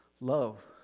love